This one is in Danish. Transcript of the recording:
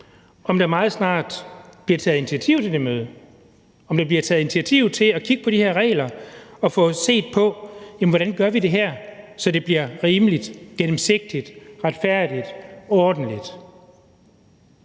om der meget snart bliver taget initiativ til det møde, og om der bliver taget initiativ til at kigge på de her regler og få set på, hvordan vi gør det her, så det bliver rimeligt, gennemsigtigt, retfærdigt og ordentligt.